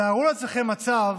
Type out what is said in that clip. תארו לעצמכם מצב